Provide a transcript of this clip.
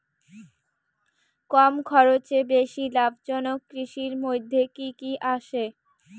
কম খরচে বেশি লাভজনক কৃষির মইধ্যে কি কি আসে?